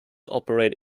operate